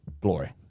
Glory